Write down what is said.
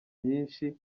nyinshi